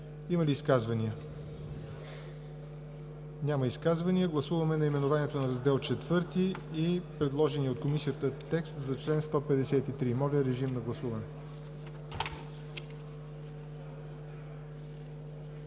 Има ли изказвания? Няма изказвания. Гласуваме наименованието на Раздел IV и предложения от Комисията текст за чл. 153. Гласували